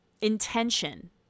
intention